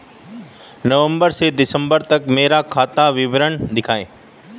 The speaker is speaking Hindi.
नवंबर से दिसंबर तक का मेरा खाता विवरण दिखाएं?